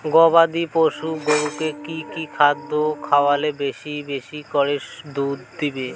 গবাদি পশু গরুকে কী কী খাদ্য খাওয়ালে বেশী বেশী করে দুধ দিবে?